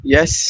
Yes